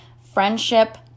friendship